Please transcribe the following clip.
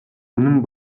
үнэн